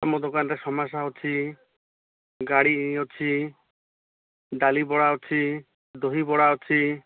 ଆମ ଦୋକାନରେ ସମୋସା ଅଛି ଗାଡ଼ି ଅଛି ଡାଲି ବରା ଅଛି ଦହିବଡ଼ା ଅଛି